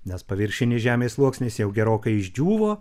nes paviršinis žemės sluoksnis jau gerokai išdžiūvo